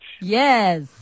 Yes